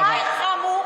אללה לא ירחמו,